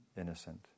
innocent